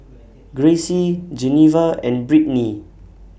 Gracie Geneva and Brittnie